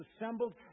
assembled